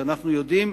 שאנחנו יודעים,